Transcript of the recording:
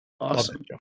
Awesome